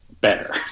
better